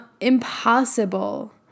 impossible